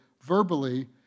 verbally